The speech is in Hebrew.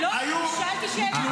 לא, שאלתי שאלה.